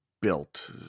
built